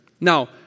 Now